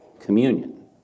communion